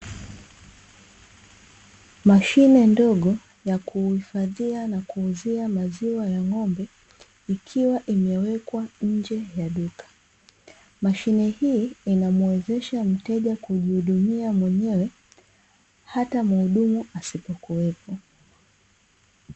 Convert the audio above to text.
Mashine ndogo ya kuhifadhia na kuuzia maziwa ya ng'ombe ikiwa imewekwa nje ya duka, mashine hii inamuwezesha mteja kujihudumia mwenyewe hata muhudumu asipokuwepo.